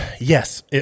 Yes